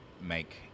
make